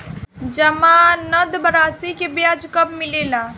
जमानद राशी के ब्याज कब मिले ला?